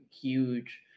huge